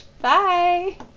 bye